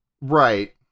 Right